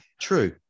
True